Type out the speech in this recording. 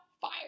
fire